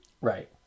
Right